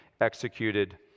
executed